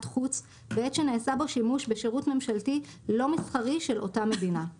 חוץ בעת שנעשה בו שימוש בשירות ממשלתי לא-מסחרי של אותה מדינה;